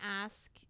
ask